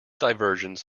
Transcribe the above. divergence